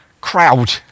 crowd